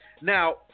Now